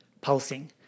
pulsing